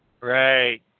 Right